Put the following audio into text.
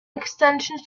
extensions